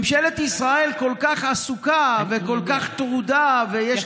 ממשלת ישראל כל כך עסוקה וכל כך טרודה ויש